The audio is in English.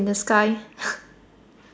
in the sky